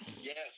Yes